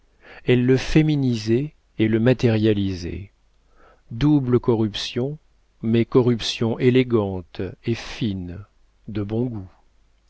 elle le féminisait et le matérialisait double corruption mais corruption élégante et fine de bon goût